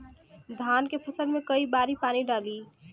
धान के फसल मे कई बारी पानी डाली?